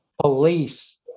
police